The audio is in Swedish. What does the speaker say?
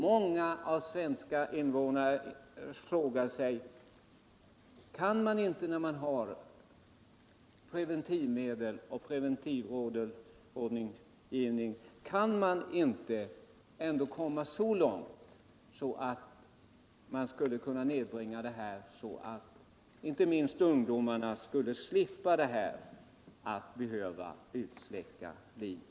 Många svenska invånare frågar sig om man inte, när det finns preventivmedel och när det förekommer preventivrådgivning, ändå skulle kunna komma så långt att man åtminstone kunde nedbringa antalet aborter, detta inte minst för att ungdomarna skulle slippa medverka till att utsläcka liv.